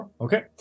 okay